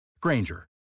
Granger